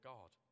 God